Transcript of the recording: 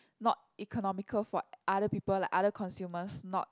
not economical for other people like other consumers not